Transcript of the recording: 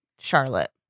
Charlotte